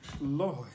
Lord